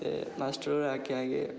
ते मास्टर होरें आखेआ की